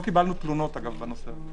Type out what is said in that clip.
לא קיבלנו תלונות בנושא.